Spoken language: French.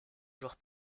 joueur